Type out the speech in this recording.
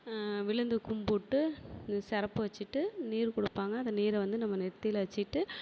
விழுந்து கும்பிட்டு அந்த சிறப்பு வச்சுட்டு நீறு கொடுப்பாங்க அந்த நீறை வந்து நம்ப நெற்றில வச்சுட்டு